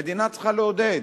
המדינה צריכה לעודד.